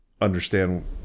understand